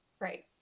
Right